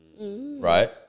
Right